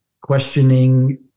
questioning